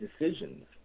decisions